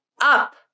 up